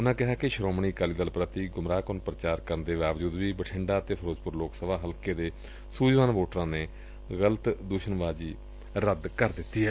ਉਨੂਾਂ ਕਿਹਾ ਕਿ ਸ੍ਰੋਮਣੀ ਅਕਾਲੀ ਦਲ ਪ੍ਰਤੀ ਗੁੰਮਰਾਹ ਕੁੰਨ ਪ੍ਰਚਾਰ ਕਰਨ ਦੇ ਬਾਵਜੂਦ ਵੀ ਬਠਿੰਡਾ ਅਤੇ ਫਿਰੋਜ਼ਪੁਰ ਲੋਕ ਸਭਾ ਹਲਕੇ ਦੇ ਸੂਝਵਾਨ ਵੋਟਰਾ ਨੇ ਗਲਤ ਦੁਸ਼ਣਬਾਜ਼ੀ ਸਿਰੇ ਤੋਂ ਰੱਦ ਕੀਤੀ ਏ